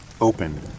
Open